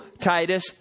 Titus